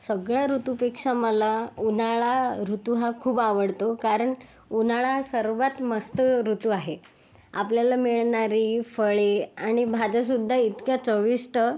सगळ्या ऋतूपेक्षा मला उन्हाळा ऋतू हा खूप आवडतो कारण उन्हाळा सर्वात मस्त ऋतू आहे आपल्याला मिळणारी फळे आणि भाज्या सुद्धा इतक्या चविष्ट